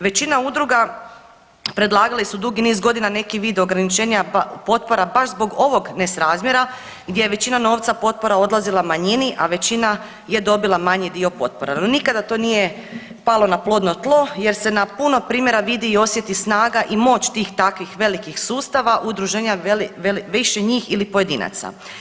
Većina udruga predlagali su dugi niz godina neki vid ograničenja potpora baš zbog ovog nesrazmjera gdje većina novca potpora odlazila manjini, a većina je dobila manji dio potpora, no nikada to nije palo na plodno tlo jer se na puno primjera vidi i osjeti snaga i moć tih takvih velikih sustava, udruženja više njih ili pojedinaca.